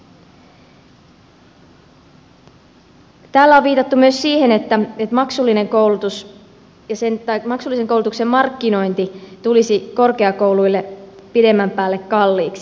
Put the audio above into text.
täällä on viitattu myös siihen että maksullisen koulutuksen markkinointi tulisi korkeakouluille pidemmän päälle kalliiksi